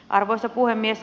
arvoisa puhemies